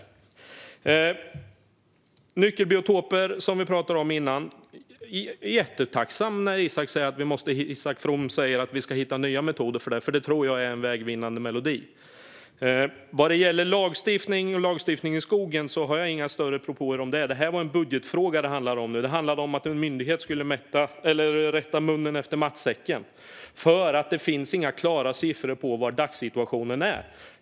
När det gäller nyckelbiotoper, som vi talade om tidigare, är jag jättetacksam att Isak From säger att vi ska hitta nya metoder för det. Det tror jag nämligen är en vinnande melodi. Vad gäller lagstiftning om skogen har jag inga större propåer om det; det här handlade om en budgetfråga. Det handlade om att en myndighet skulle rätta munnen efter matsäcken. Det finns nämligen inga klara siffror över hur dagssituationen ser ut.